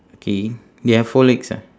okay they have four legs ah